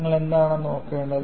നിങ്ങൾ എന്താണ് നോക്കേണ്ടത്